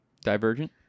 Divergent